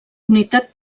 unitat